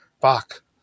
Fuck